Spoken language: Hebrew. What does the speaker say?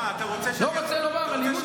לא רוצה לומר, מה, אתה רוצה שהם יכו את המפגינים?